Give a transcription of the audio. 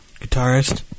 guitarist